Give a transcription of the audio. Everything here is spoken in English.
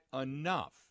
enough